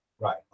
right